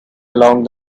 along